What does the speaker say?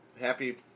happy